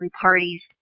parties